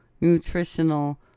Nutritional